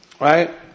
Right